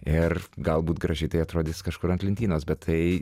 ir galbūt gražiai tai atrodys kažkur ant lentynos bet tai